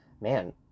man